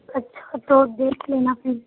اچھا تو دیکھ لینا پھر